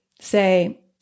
say